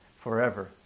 forever